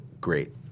great